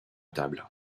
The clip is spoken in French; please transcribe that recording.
table